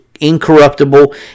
incorruptible